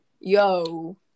yo